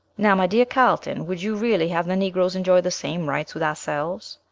now, my dear carlton, would you really have the negroes enjoy the same rights with ourselves?